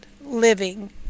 living